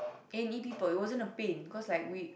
N E people it wasn't a pain cause like we